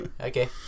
Okay